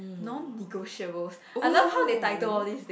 non negotiables I love how they title all these things